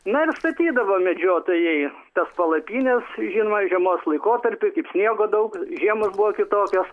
na ir statydavo medžiotojai tas palapines žinoma žiemos laikotarpiu kaip sniego daug žiemos buvo kitokios